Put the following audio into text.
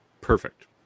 Perfect